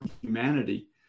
humanity